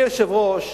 אדוני היושב-ראש,